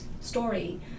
story